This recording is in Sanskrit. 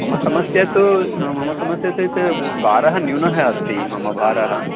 मम समस्या तु मम समस्या चेत् भारः न्यूनः अस्ति मम भारः